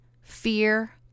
fear